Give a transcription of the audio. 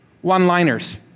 one-liners